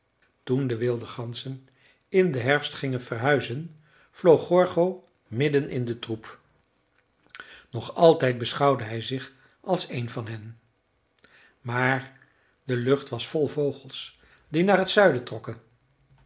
toen de wilde ganzen in den herfst gingen verhuizen vloog gorgo midden in den troep nog altijd beschouwde hij zich als een van hen maar de lucht was vol vogels die naar het zuiden trokken